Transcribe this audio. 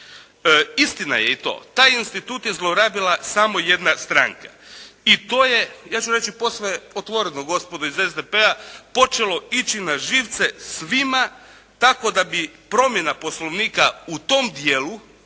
Istina je i to, taj institut je zlorabila samo jedna stranka i to je ja ću reći posve otvoreno gospodo iz SDP-a počelo ići na živce svima tako da bi promjena poslovnika u tom dijelu